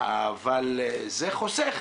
בעוד יותר צפון.